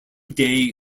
day